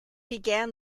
began